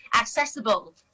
accessible